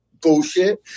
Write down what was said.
bullshit